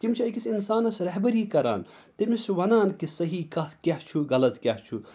تِم چھِ أکِس اِنسانَس رہبٔری کَران تٔمِس چھِ وَنان کہِ صحیح کَتھ کیٛاہ چھُ غلط کیٛاہ چھُ